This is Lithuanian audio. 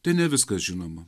tai ne viskas žinoma